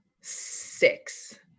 six